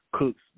Cooks